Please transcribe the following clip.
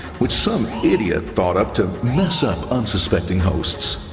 which some idiot thought up to mess up unsuspecting hosts.